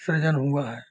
सृजन हुआ है